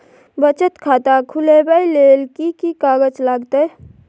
बचत खाता खुलैबै ले कि की कागज लागतै?